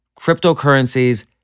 Cryptocurrencies